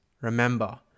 Remember